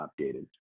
updated